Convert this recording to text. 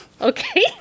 Okay